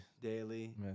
Daily